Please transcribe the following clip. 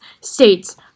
states